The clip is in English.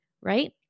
right